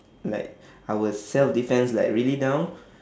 like our self defence like really down